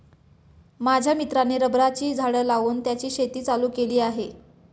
माझ्या मित्राने रबराची झाडं लावून त्याची शेती चालू केली आहे